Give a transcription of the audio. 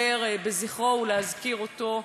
להעלות את זכרו ולהזכיר אותו,